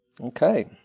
Okay